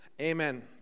Amen